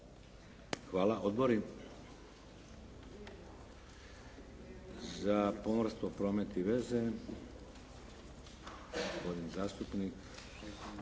Hvala. Odbori za pomorstvo, promet i veze? Gospodin zastupnik